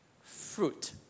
Fruit